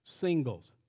Singles